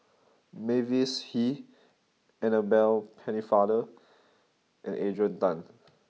Mavis Hee Annabel Pennefather and Adrian Tan